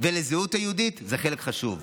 ולזהות היהודית, זה חלק חשוב.